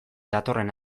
datorren